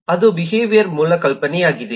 ಅದು ಬಿಹೇವಿಯರ್ ಮೂಲ ಕಲ್ಪನೆಯಾಗಿದೆ